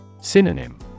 Synonym